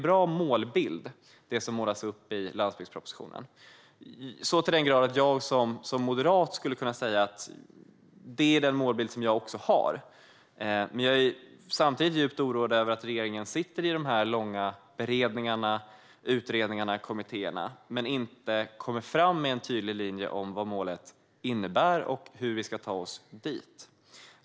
Den målbild som målas upp i landsbygdspropositionen är bra - så till den grad att jag som moderat skulle kunna säga att jag delar denna målbild. Samtidigt är jag djupt oroad över att regeringen sitter i dessa långa beredningar, kommittéer och utredningar men inte kommer fram med en tydlig linje om vad målet innebär och hur vi ska ta oss dit.